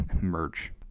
merch